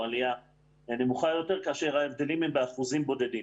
עלייה נמוכה יותר כאשר ההבדלים הם באחוזים בודדים.